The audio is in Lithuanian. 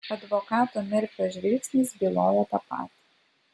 advokato merfio žvilgsnis bylojo tą patį